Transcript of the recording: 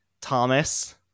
Thomas